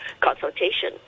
consultation